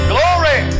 Glory